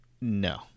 No